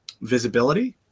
visibility